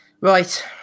Right